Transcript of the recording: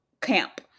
camp